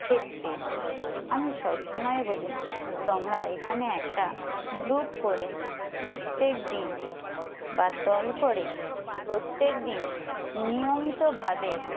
ক্ষেত্রে আমি সবসময় বলি তোমরা এখানে একটা গ্রুপ করে প্রত্যেক দিন বা দল করে প্রত্যেক দিন নিয়মিতভাবে